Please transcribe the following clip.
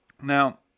Now